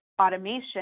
automation